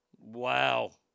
Wow